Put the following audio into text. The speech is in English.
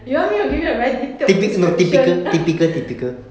you want me to give you a very detailed description